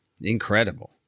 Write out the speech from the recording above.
Incredible